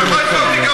כן, אותך.